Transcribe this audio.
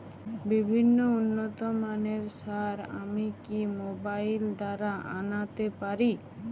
বিভিন্ন উন্নতমানের সার আমি কি মোবাইল দ্বারা আনাতে পারি?